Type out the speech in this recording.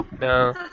No